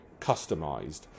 customized